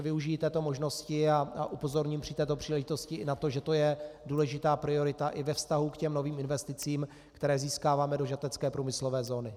Využiji této možnosti a upozorním při této příležitosti i na to, že to je důležitá priorita i ve vztahu k těm novým investicím, které získáváme do žatecké průmyslové zóny.